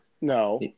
No